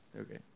Okay